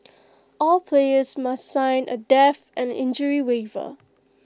all players must sign A death and injury waiver